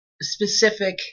specific